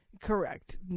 Correct